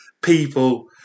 people